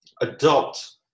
adopt